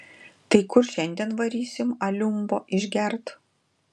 tai kur šiandien varysim aliumbo išgert